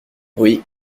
oui